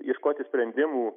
ieškoti sprendimų